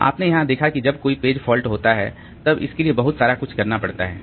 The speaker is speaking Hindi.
तो आपने यहां देखा कि जब कोई पेज फॉल्ट होता है तब इसके लिए बहुत सारा कुछ करना पड़ता है